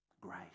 grace